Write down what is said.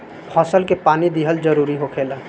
फसल के पानी दिहल जरुरी होखेला